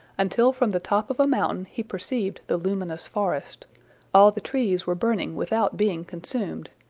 until from the top of a mountain he perceived the luminous forest all the trees were burning without being consumed,